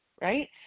right